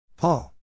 Paul